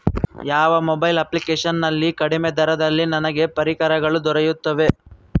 ಯಾವ mobile application ನಲ್ಲಿ ಕಡಿಮೆ ದರದಲ್ಲಿ ನನಗೆ ಪರಿಕರಗಳು ದೊರೆಯುತ್ತವೆ?